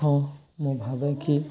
ହଁ ମୁଁ ଭାବେ କିି